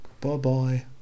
Bye-bye